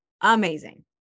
amazing